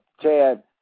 Chad